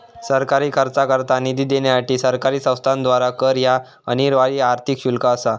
सरकारी खर्चाकरता निधी देण्यासाठी सरकारी संस्थेद्वारा कर ह्या अनिवार्य आर्थिक शुल्क असा